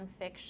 nonfiction